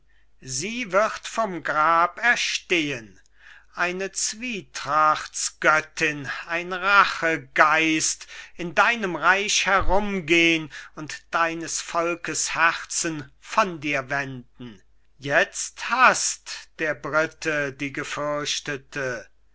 sie wird vom grab erstehen eine zwietrachtsgöttin ein rachegeist in deinem reich herumgehn und deines volkes herzen von dir wenden jetzt haßt der brite die gefürchtete